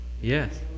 Yes